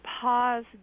pause